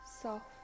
soft